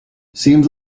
seems